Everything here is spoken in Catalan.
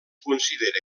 considera